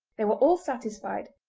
they were all satisfied,